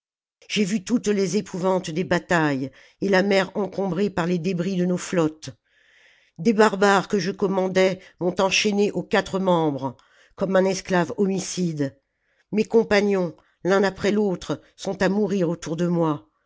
j'ai vu toutes les épouvantes des batailles et la mer encombrée par les débris de nos flottes des barbares que je commandais m'ont enchaîné aux quatre membres comme un esclave homicide mes compagnons l'un après l'autre sont à mourir autour de moi